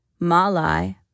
Malai